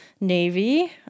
Navy